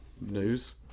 news